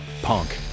punk